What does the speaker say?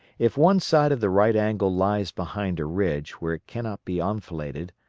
if one side of the right angle lies behind a ridge where it cannot be enfiladed,